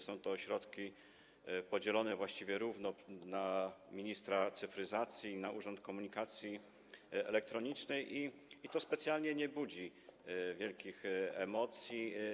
Są to środki podzielone właściwie równo na ministra cyfryzacji i na urząd komunikacji elektronicznej i to specjalnie nie budzi wielkich emocji.